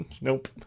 Nope